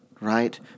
right